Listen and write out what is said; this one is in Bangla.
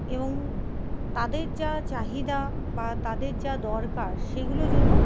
এবং তাদের যা চাহিদা বা তাদের যা দরকার সেগুলো যেন